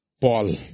Paul